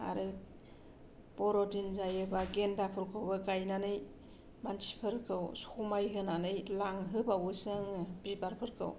आरो बरदिन जायोबा गेन्दा फुलखौबो गायनानै मानसिफोरखौ समाय होनानै लांहोबावोसो आङो बिबारफोरखौ